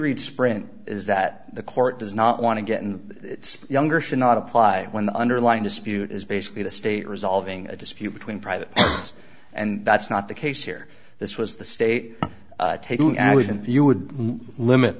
read sprint is that the court does not want to get and younger should not apply when the underlying dispute is basically the state resolving a dispute between private and that's not the case here this was the state taking action you would limit